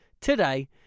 today